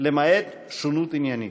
למעט שונות עניינית.